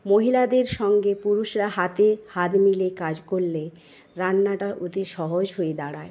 মহিলাদের সঙ্গে পুরুষরা হাতে হাত মিলিয়ে কাজ করলে রান্নাটা অতি সহজ হয়ে দাঁড়ায়